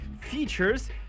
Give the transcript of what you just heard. features